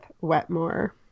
Wetmore